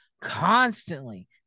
constantly